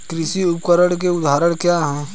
कृषि उपकरण के उदाहरण क्या हैं?